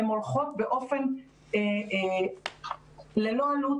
הן הולכות ללא עלות.